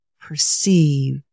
perceive